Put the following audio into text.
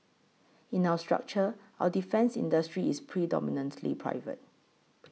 in our structure our defence industry is predominantly private